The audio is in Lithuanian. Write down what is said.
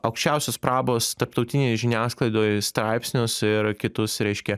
aukščiausios prabos tarptautinėj žiniasklaidoj straipsnius ir kitus reiškia